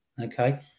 okay